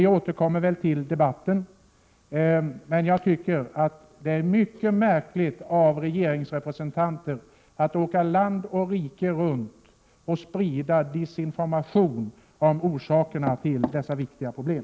Vi återkommer väl till denna debatt, men jag vill säga att jag tycker det är mycket märkligt av regeringsrepresentanter att åka land och rike runt och sprida desinformation om orsaken till dessa viktiga problem.